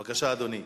בבקשה, אדוני.